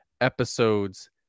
episodes